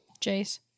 Jace